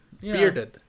Bearded